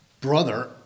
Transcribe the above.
brother